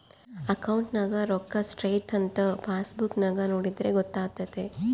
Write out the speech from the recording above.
ಅಕೌಂಟ್ನಗ ರೋಕ್ಕಾ ಸ್ಟ್ರೈಥಂಥ ಪಾಸ್ಬುಕ್ ನಾಗ ನೋಡಿದ್ರೆ ಗೊತ್ತಾತೆತೆ